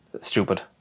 stupid